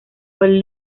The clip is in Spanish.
fue